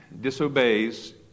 disobeys